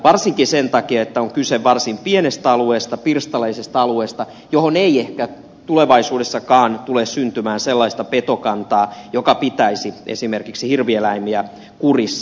varsinkin sen takia että on kyse varsin pienestä alueesta pirstaleisesta alueesta johon ei ehkä tulevaisuudessakaan tule syntymään sellaista petokantaa joka pitäisi esimerkiksi hirvieläimiä kurissa